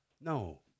No